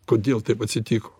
kodėl taip atsitiko